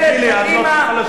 היתה ממשלת נתניהו, הוא מטעה.